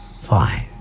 Five